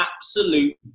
absolute